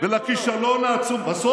ולכישלון העצום, אז תחליט, הבאנו או לא?